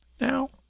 Now